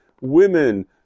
women